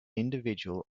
individual